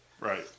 Right